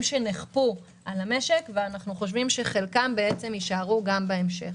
שנכפו על המשק ואנחנו חושבים שחלקם יישארו גם בהמשך.